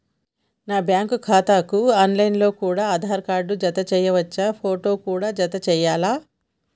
నా బ్యాంకు ఖాతాకు online లో కూడా ఆధార్ కార్డు జత చేయవచ్చా ఫోటో కూడా జత చేయాలా?